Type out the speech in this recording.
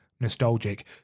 nostalgic